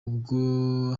ubwo